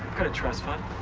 got a trust fund.